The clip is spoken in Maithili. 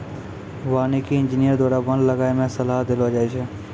वानिकी इंजीनियर द्वारा वन लगाय मे सलाह देलो जाय छै